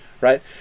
right